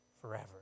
forever